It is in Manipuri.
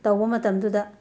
ꯇꯧꯕ ꯃꯇꯝꯗꯨꯗ